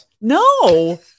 No